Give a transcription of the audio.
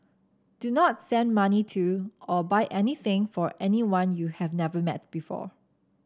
do not send money to or buy anything for anyone you have never met before